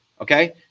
okay